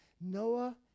Noah